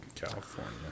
California